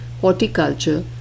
horticulture